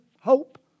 hope